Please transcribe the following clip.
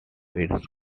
its